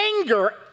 anger